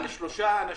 חברים,